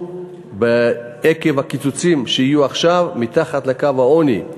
עקב הקיצוצים שיהיו עכשיו מתחת לקו העוני,